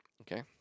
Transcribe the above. Okay